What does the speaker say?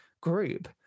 group